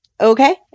Okay